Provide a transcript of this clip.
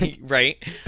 Right